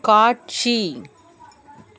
காட்சி